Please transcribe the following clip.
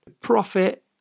Profit